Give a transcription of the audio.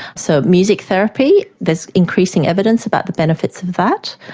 so music therapy, there is increasing evidence about the benefits of that.